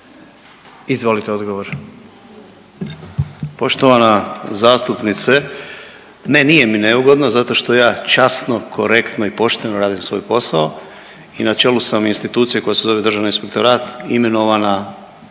Andrija (HDZ)** Poštovana zastupnice ne nije mi neugodno zato što ja časno, korektno i pošteno radim svoj posao i na čelu sam institucije koja se zove Državni inspektorat imenovan